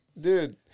dude